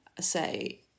say